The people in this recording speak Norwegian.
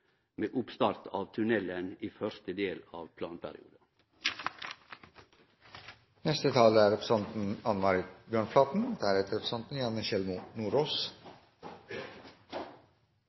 med oppstart av tunnelen i første del av